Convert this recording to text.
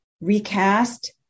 recast